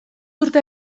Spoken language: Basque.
urte